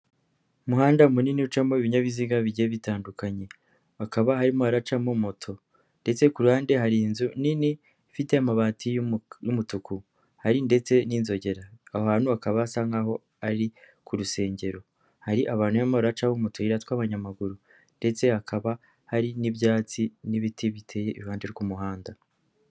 Umuhanda munini ucamo ibinyabiziga bigiye bitandukanye hakaba harimo haracamo moto ndetse ku ruhande hari inzu nini ifite amabati y'umutuku hari ndetse n'inzogera aho hantu hakaba hasa nkaho ari ku rusengero, hari abantu barimo baracahomu tuyira tw'abanyamaguru ndetse hakaba hari n'ibyatsi n'ibiti biteye iruhande rw'umuhanda.